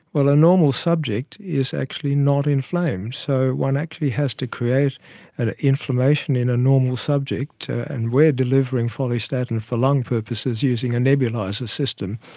but a normal subject is actually not inflamed, so one actually has to create an inflammation in a normal subject, and we are delivering follistatin for lung purposes using a nebuliser system.